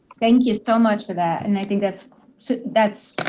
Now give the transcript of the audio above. thank you so much for that. and i think that's that's